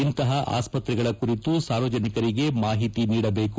ಇಂತಹ ಆಸ್ಪತ್ರೆಗಳ ಕುರಿತು ಸಾರ್ವಜನಿಕರಿಗೆ ಮಾಹಿತಿ ನೀಡಬೇಕು